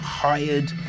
hired